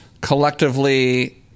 collectively